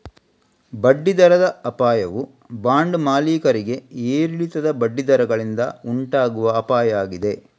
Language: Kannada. ಬಡ್ಡಿ ದರದ ಅಪಾಯವು ಬಾಂಡ್ ಮಾಲೀಕರಿಗೆ ಏರಿಳಿತದ ಬಡ್ಡಿ ದರಗಳಿಂದ ಉಂಟಾಗುವ ಅಪಾಯ ಆಗಿದೆ